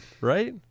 right